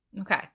okay